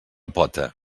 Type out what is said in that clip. pota